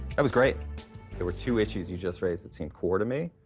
that was great there were two issues you just raised that seem core to me.